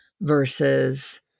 versus